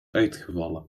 uitgevallen